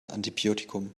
antibiotikum